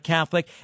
Catholic